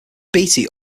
beatty